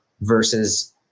versus